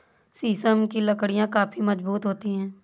शीशम की लकड़ियाँ काफी मजबूत होती हैं